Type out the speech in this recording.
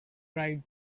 pride